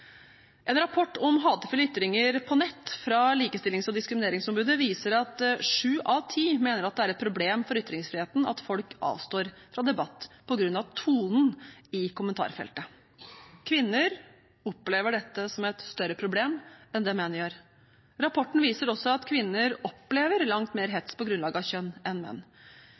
En rapport om hatefulle ytringer på nett fra Likestillings- og diskrimineringsombudet viser at sju av ti mener det er et problem for ytringsfriheten at folk avstår fra debatt på grunn av tonen i kommentarfeltet. Kvinner opplever dette som et større problem enn det menn gjør. Rapporten viser også at kvinner opplever langt mer hets på grunnlag av kjønn enn menn.